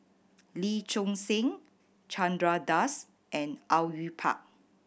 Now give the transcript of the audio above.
Lee Choon Seng Chandra Das and Au Yue Pak